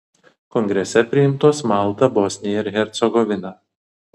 kongrese priimtos malta bosnija ir hercegovina